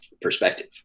perspective